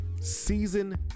season